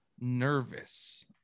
nervous